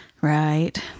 Right